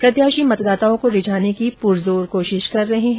प्रत्याशी मतदाताओं को रिझाने की पूरीज़ोर कोशिश कर रहे हैं